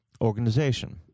organization